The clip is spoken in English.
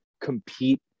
compete